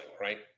right